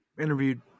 interviewed